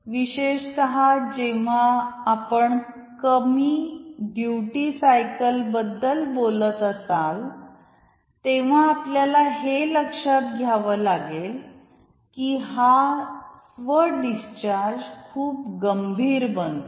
विशेषत जेव्हा आपण या कमी ड्यूटी सायकल बद्दल बोलत असाल तेव्हा आपल्याला हे लक्षात घ्यावे लागेल की हा स्व डिस्चार्ज खूप गंभीर बनतो